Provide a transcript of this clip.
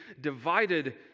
divided